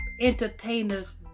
entertainers